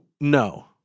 No